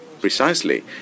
precisely